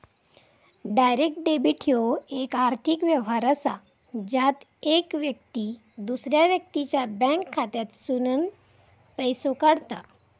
direct debit ह्यो येक आर्थिक व्यवहार असा ज्यात येक व्यक्ती दुसऱ्या व्यक्तीच्या बँक खात्यातसूनन पैसो काढता